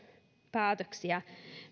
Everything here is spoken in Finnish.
päätöksiä